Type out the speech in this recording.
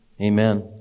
Amen